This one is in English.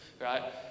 right